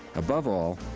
above all,